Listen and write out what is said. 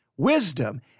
wisdom